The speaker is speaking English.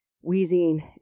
wheezing